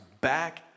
back